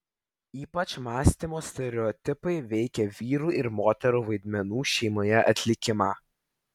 ypač mąstymo stereotipai veikė vyrų ir moterų vaidmenų šeimoje atlikimą